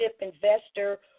investor